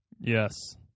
Yes